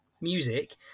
music